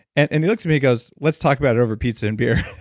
and and he looked at me, he goes, let's talk about it over pizza and beer.